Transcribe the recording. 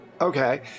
Okay